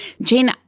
Jane